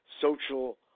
social